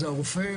זה הרופא,